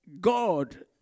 God